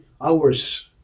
hours